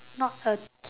not a